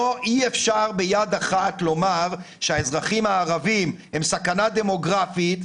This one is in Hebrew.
אי אפשר ביד אחת לומר שהאזרחים הערבים הם סכנה דמוגרפית,